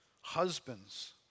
husbands